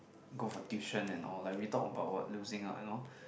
go for tuition and all like we talk about what losing out and all